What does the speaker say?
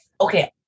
okay